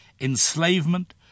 enslavement